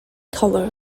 color